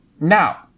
Now